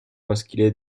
maschile